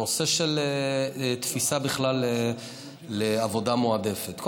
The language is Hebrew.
הנושא של תפיסה של עבודה מועדפת בכלל.